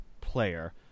player